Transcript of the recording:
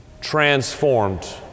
transformed